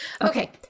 Okay